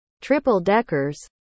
triple-deckers